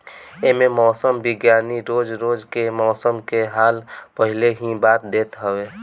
एमे मौसम विज्ञानी रोज रोज के मौसम के हाल पहिले ही बता देत हवे